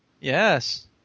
Yes